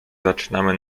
zaczynamy